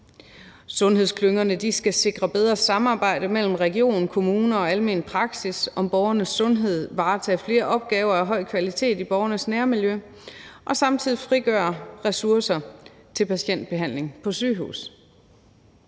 Sundhedsklyngerne skal sikre bedre samarbejde mellem region, kommune og almen praksis om borgernes sundhed, varetage flere opgaver af høj kvalitet i borgernes nærmiljø og samtidig frigøre ressourcer til patientbehandling på sygehuse.